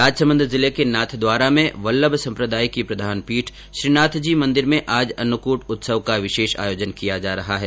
राजसमंद जिले के नाथद्वारा में वल्लभ सम्प्रदाय की प्रधान पीठ श्रीनाथजी मन्दिर में आज अन्नकूट उत्सव का विशेष आयोजन किया जा रहा है